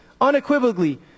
unequivocally